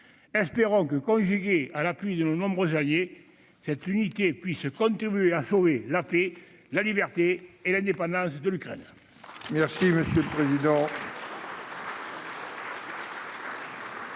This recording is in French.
Espérons que, conjuguée à l'appui de nos nombreux alliés, cette unité pourra contribuer à sauver la paix, la liberté et l'indépendance de l'Ukraine.